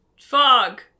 fog